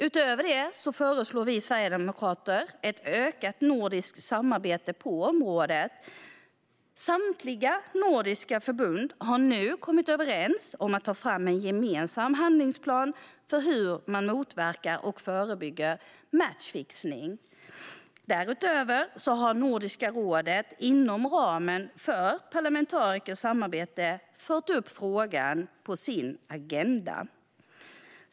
Utöver det föreslår vi sverigedemokrater ett ökat nordiskt samarbete på området. Samtliga nordiska förbund har nu kommit överens om att ta fram en gemensam handlingsplan för hur man motverkar och förebygger matchfixning. Därutöver har Nordiska rådet inom ramen för det parlamentariska samarbetet fört upp frågan på sin agenda.